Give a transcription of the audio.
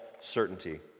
certainty